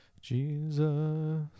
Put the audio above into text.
Jesus